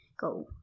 go